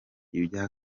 ibya